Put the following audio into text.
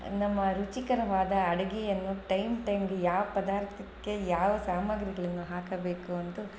ನಮ್ಮ ರುಚಿಕರವಾದ ಅಡಿಗೆಯನ್ನು ಟೈಮ್ ಟೈಮ್ಗೆ ಯಾವ ಪದಾರ್ಥಕ್ಕೆ ಯಾವ ಸಾಮಗ್ರಿಗಳನ್ನು ಹಾಕಬೇಕು ಅಂತು